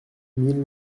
mille